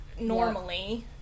normally